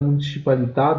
municipalità